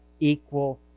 equal